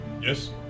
Yes